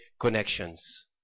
connections